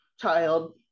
child